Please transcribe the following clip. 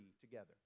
together